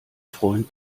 freund